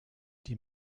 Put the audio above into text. die